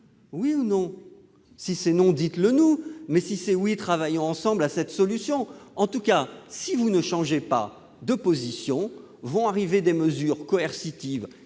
Oui ou non ? Si c'est non, dites-le-nous, mais si c'est oui, travaillons ensemble à cette solution ! En tout cas, si vous ne changez pas de position, vont arriver des mesures coercitives,